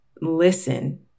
listen